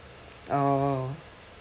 oh